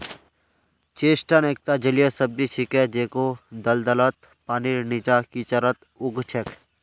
chestnut एकता जलीय सब्जी छिके जेको दलदलत, पानीर नीचा, कीचड़त उग छेक